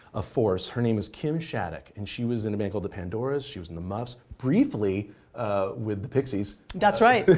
a force. her name was kim shattuck, and she was in a band called the pandoras. she was in the muffs, briefly with the pixies. that's right. but